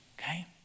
Okay